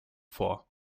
vor